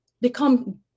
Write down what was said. become